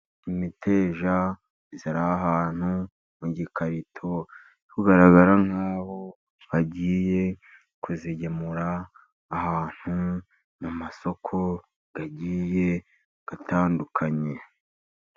Imiteja iri ahantu mu gikarito, iri kugaragara nkaho bagiye kuyigemura ahantu, mu masoko agiye atandukanye.